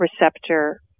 receptor